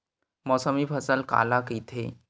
मौसमी फसल काला कइथे?